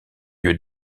lieu